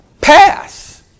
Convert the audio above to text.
Pass